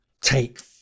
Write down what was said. Take